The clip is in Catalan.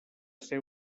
ser